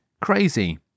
Crazy